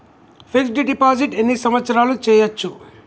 Fix డ్ deposit ఎన్ని సంవత్సరాలు చేయచ్చు?